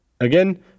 Again